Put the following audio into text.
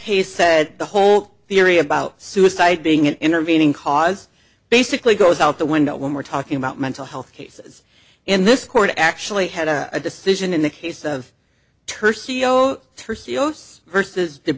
they said the whole theory about suicide being an intervening cause basically goes out the window when we're talking about mental health cases in this court actually had a decision in the case of ters